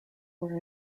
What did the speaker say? were